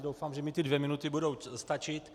Doufám, že mi dvě minuty budou stačit.